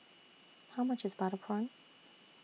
How much IS Butter Prawn